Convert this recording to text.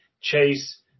chase